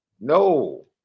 no